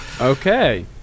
Okay